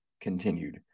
continued